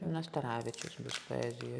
nastaravičiaus bus poezijoj